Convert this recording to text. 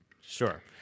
Sure